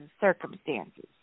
circumstances